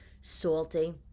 salty